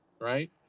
right